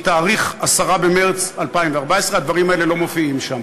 מתאריך 10 במרס 2014. הדברים האלה לא מופיעים שם,